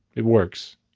it works.